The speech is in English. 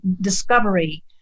discovery